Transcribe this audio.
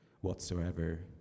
whatsoever